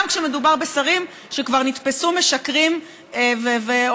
גם כשמדובר בשרים שכבר נתפסו משקרים ואומרים